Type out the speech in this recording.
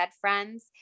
friends